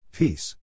Peace